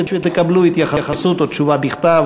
ותקבלו התייחסות או תשובה בכתב.